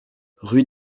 rue